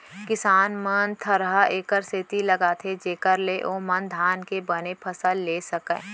किसान मन थरहा एकर सेती लगाथें जेकर ले ओमन धान के बने फसल लेय सकयँ